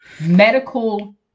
medical